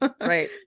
Right